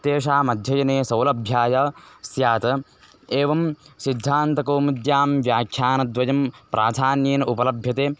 तेषाम् अध्ययने सौलभ्याय स्यात् एवं सिद्धान्तकौमुद्यां व्याख्यानद्वयं प्राधान्येन उपलभ्यते